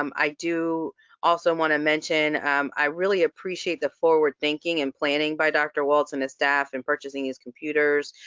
um i do also wanna mention i really appreciate the forward thinking and planning by dr. walts and his staff in purchasing these computers,